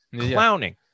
Clowning